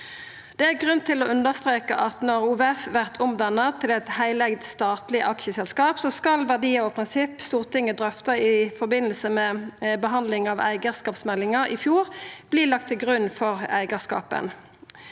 Det er grunn til å understreka at når OVF vert omdanna til eit heileigd statleg aksjeselskap, skal verdiar og prinsipp Stortinget drøfta i forbindelse med behandlinga av eigarskapsmeldinga i fjor, verta lagde til grunn for eigarskapen.